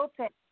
open